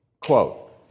quote